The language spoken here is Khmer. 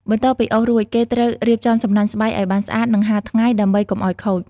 បន្ទាប់ពីអូសរួច គេត្រូវរៀបចំសំណាញ់ស្បៃឲ្យបានស្អាត និងហាលថ្ងៃ ដើម្បីកុំឲ្យខូច។